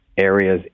areas